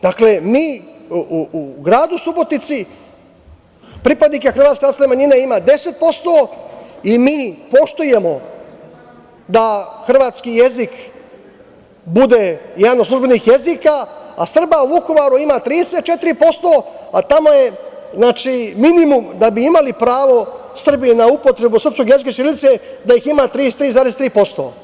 Dakle, mi u gradu Subotici pripadnika hrvatske nacionalne manjine ima 10% i mi poštujemo da hrvatski jezik bude jedan od službenih jezika, a Srba u Vukovaru ima 34%, a tamo je, znači, minimum da bi imali pravo Srbi na upotrebu srpskog jezika i ćirilice da ih ima 33,3%